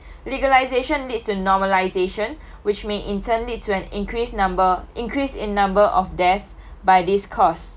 legalization leads to normalization which may in turn lead to an increase number increase in number of death by this cause